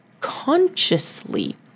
consciously